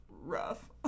rough